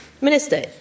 Minister